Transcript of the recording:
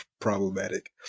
problematic